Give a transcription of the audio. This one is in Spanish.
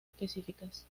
específicas